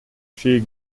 she